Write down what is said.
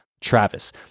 Travis